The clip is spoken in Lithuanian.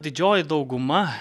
didžioji dauguma